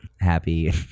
happy